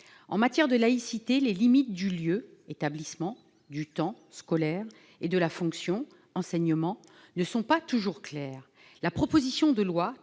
En matière de laïcité, les limites du lieu « établissement », du temps « scolaire », et de la fonction « enseignement » ne sont pas toujours claires. La proposition de loi